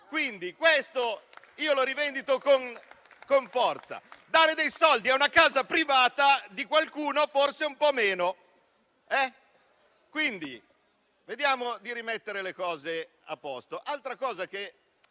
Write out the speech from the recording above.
Questo lo rivendico con forza: dare dei soldi a una casa privata di qualcuno forse un po' meno. Vediamo di rimettere le cose a posto. Altra cosa che